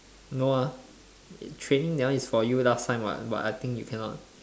no ah training that one is for you last time [what] but I think you cannot